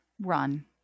run